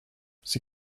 sie